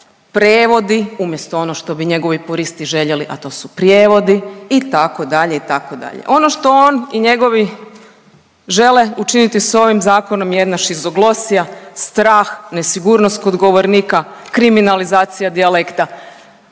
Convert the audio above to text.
Prevodi umjesto ono što bi njegovi puristi željeli, a to su prijevodi itd. itd. Ono što on i njegovi žele učiniti sa ovim zakonom je jedna šizoglosija, strah, nesigurnost kod govornika, kriminalizacija dijalekta,